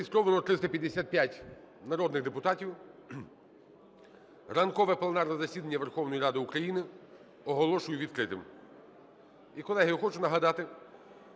Зареєстровано 355 народних депутатів. Ранкове пленарне засідання Верховної Ради України оголошую відкритим. І, колеги, я хочу нагадати,